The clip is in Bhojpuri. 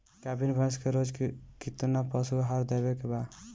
गाभीन भैंस के रोज कितना पशु आहार देवे के बा?